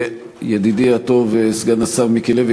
ידידי הטוב סגן השר מיקי לוי,